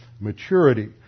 maturity